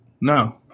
no